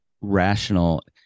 rational